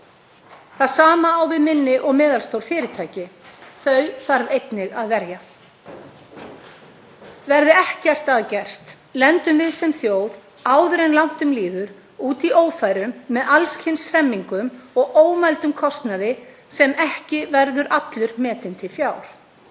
Það sama á við minni og meðalstór fyrirtæki. Þau þarf einnig að verja. Verði ekkert að gert lendum við sem þjóð, áður en langt um líður, út í ófærum með allskyns hremmingum og ómældum kostnaði sem ekki verður allur metinn til fjár.